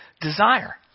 desire